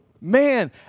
Man